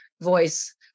voice